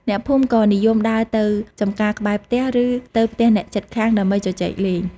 អ្នកភូមិក៏និយមដើរទៅចម្ការក្បែរផ្ទះ ឬទៅផ្ទះអ្នកជិតខាងដើម្បីជជែកលេង។